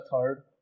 third